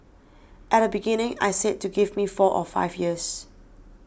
at the beginning I said to give me four or five years